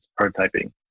prototyping